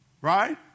right